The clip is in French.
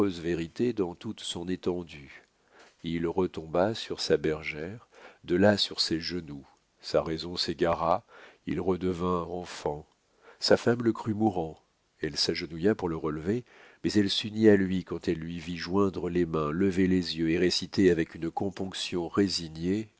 dans toute son étendue il retomba sur sa bergère de là sur ses genoux sa raison s'égara il redevint enfant sa femme le crut mourant elle s'agenouilla pour le relever mais elle s'unit à lui quand elle lui vit joindre les mains lever les yeux et réciter avec une componction résignée